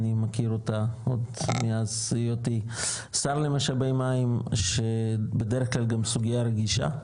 אני מכיר אותה עוד מאז היותי שר למשאבי מים שבדרך כלל גם סוגייה רגישה,